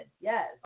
Yes